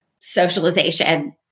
socialization